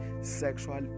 sexual